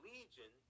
Legion